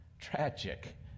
tragic